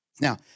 Now